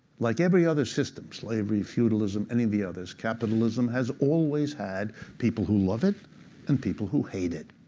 like every other system, slavery, feudalism, any of the others, capitalism has always had people who love it and people who hate it.